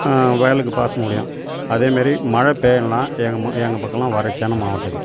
வயலுக்கு பாய்ச முடியும் அதேமாரி மழை பெய்லைன்னா எங்கள் பக்கம்லாம் வறட்சியான மாவட்டம் அது